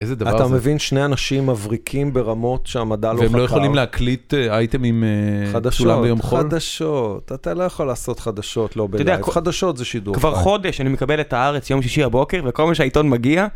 אתה מבין שני אנשים מבריקים ברמות שהמדע לא חקר. והם לא יכולים להקליט אייטמים. חדשות, חדשות, אתה לא יכול לעשות חדשות, לא בלעדם. חדשות זה שידור. כבר חודש, אני מקבל את הארץ יום שישי בבוקר, וכל פעם שהעיתון מגיע.